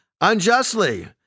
unjustly